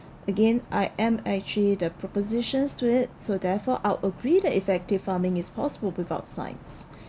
again I am actually the propositions to it so therefore I'll agree that effective farming is possible without science